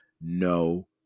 no